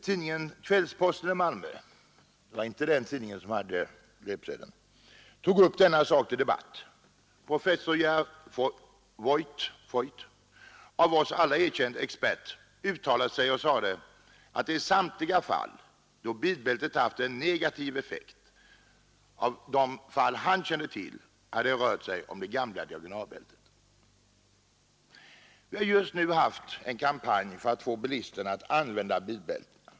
Tidningen Kvällsposten i Malmö — det var inte den tidningen som hade slagit upp löpsedeln tog upp denna sak till debatt. Professor Gerhard Voigt — av oss alla erkänd expert uttalade sig och sade att det i samtliga de fall som han kände till, där bilbältet haft en negativ effekt, hade rört sig om det gamla diagonalbältet. Vi har just genomfört en kampanj för att få bilisterna att använda bilbältena.